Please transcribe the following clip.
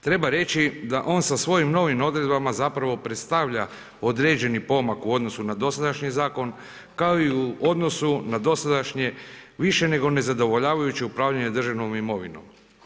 Treba reći, da on sa svojim novim odredbama, zapravo predstavlja određeni pomak u odnosu na dosadašnji zakon, kao i u odnosu, na dosadašnje, više nego nezadovoljavajuće upravljanje državnom imovinom.